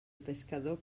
pescador